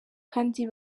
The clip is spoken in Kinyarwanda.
kandi